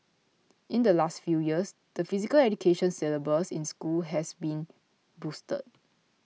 in the last few years the Physical Education syllabus in school has been boosted